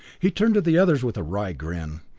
he turned to the others with a wry grin.